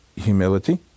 humility